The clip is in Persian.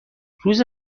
روز